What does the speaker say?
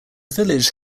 village